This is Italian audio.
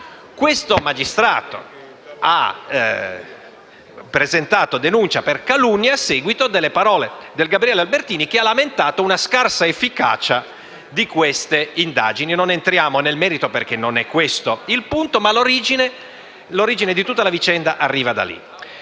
Questo magistrato ha presentato denuncia per calunnia a seguito delle parole di Gabriele Albertini, che ha lamentato la scarsa efficacia di queste indagini. Non entriamo nel merito perché non è questo il punto, questa è l'origine della vicenda. Noi, come